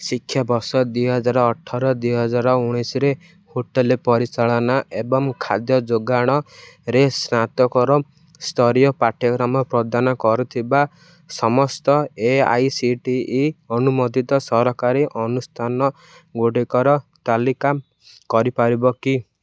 ଶିକ୍ଷାବର୍ଷ ଦୁଇହଜାର ଅଠର ଦୁଇହଜାର ଉଣେଇଶିରେ ହୋଟେଲ୍ ପରିଚାଳନା ଏବଂ ଖାଦ୍ୟ ଯୋଗାଣ ରେ ସ୍ନାତକୋତ୍ତର ସ୍ତରୀୟ ପାଠ୍ୟକ୍ରମ ପ୍ରଦାନ କରୁଥିବା ସମସ୍ତ A I C T E ଅନୁମୋଦିତ ସରକାରୀ ଅନୁଷ୍ଠାନଗୁଡ଼ିକର ତାଲିକା କରିପାରିବ କି